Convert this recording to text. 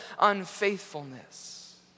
unfaithfulness